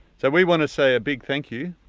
so we wanna say a big thank you.